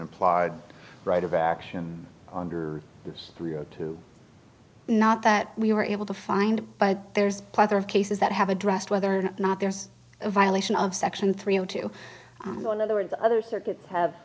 implied right of action under those three o two not that we were able to find but there's plenty of cases that have addressed whether or not there's a violation of section three o two in other words other circuit have